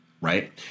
right